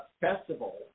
festival